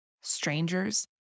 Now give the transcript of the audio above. strangers